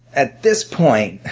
at this point,